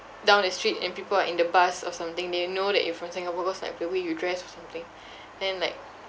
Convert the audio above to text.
down the street and people are in the bus or something they know that you're from singapore cause like the way you dress or something then like